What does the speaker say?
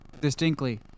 distinctly